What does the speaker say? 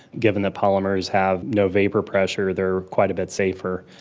given that polymers have no vapour pressure, they are quite a bit safer,